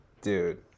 dude